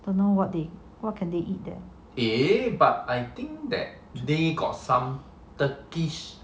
don't know what they what can they eat there